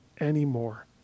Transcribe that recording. anymore